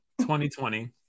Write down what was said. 2020